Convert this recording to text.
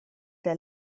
der